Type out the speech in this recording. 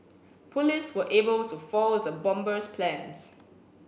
police were able to foil the bomber's plans